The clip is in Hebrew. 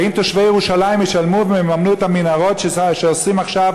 האם תושבי ירושלים ישלמו ויממנו את המנהרות שעושים עכשיו